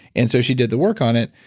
and so she did the work on it,